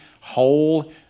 whole